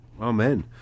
Amen